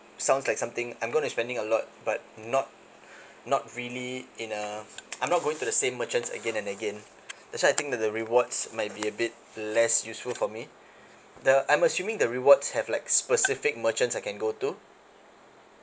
sounds like something I'm gonna spending a lot but not not really in a I'm not going to the same merchants again and again that's why I think that the rewards might be a bit less useful for me the I'm assuming the rewards have like specific merchants I can go to